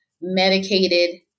medicated